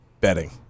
Betting